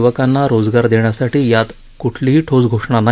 युवकांना रोजगार देण्यासाठी यात कुठलीही ठोस घोषणा नाही